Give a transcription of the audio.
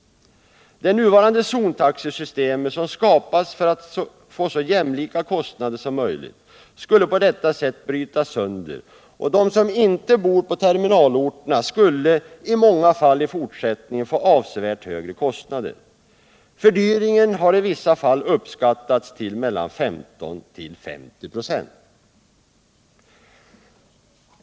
Det nuvarande zontaxesystemet, som skapats för att få så jämlika kostnader som möjligt, skulle brytas sönder, och de som inte bor på terminalorterna skulle i många fall i fortsättningen få avsevärt högre kostnader. Fördyringen har i vissa fall uppskattats till mellan 15 och 50 26.